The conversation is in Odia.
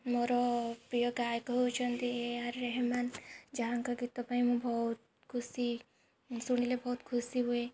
ମୋର ପ୍ରିୟ ଗାୟକ ହେଉଛନ୍ତି ଏଆର୍ ରେହମାନ୍ ଯାହାଙ୍କ ଗୀତ ପାଇଁ ମୁଁ ବହୁତ ଖୁସି ଶୁଣିଲେ ବହୁତ ଖୁସି ହୁଏ